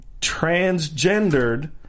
transgendered